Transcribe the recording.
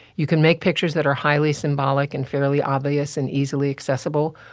you can make pictures that are highly symbolic and fairly obvious and easily accessible,